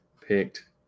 picked